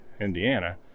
Indiana